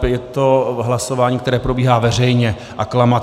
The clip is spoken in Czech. Je to hlasování, které probíhá veřejně aklamací.